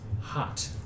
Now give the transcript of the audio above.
hot